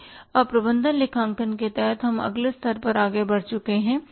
अब प्रबंधन लेखांकन के तहत हम अगले स्तर पर आगे बढ़ चुके हैं